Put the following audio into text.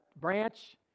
branch